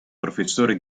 professore